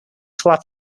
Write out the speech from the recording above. slap